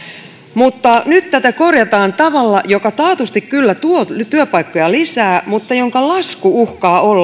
nyt tätä korjataan tavalla joka taatusti kyllä tuo työpaikkoja lisää mutta jonka lasku uhkaa olla